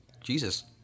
jesus